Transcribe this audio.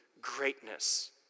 greatness